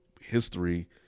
history –